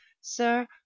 sir